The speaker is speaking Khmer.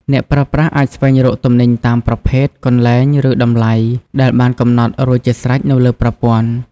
អ្នកប្រើប្រាស់អាចស្វែងរកទំនិញតាមប្រភេទ កន្លែង ឬតម្លៃ ដែលបានកំណត់រួចជាស្រេចនៅលើប្រព័ន្ធ។